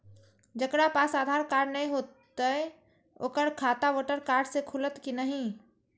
जकरा पास आधार कार्ड नहीं हेते ओकर खाता वोटर कार्ड से खुलत कि नहीं?